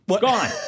Gone